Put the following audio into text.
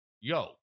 yo